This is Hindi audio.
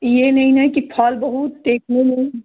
यह नहीं नहीं कि फल बहुत